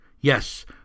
Yes